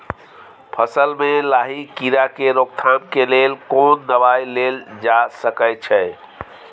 फसल में लाही कीरा के रोकथाम के लेल कोन दवाई देल जा सके छै?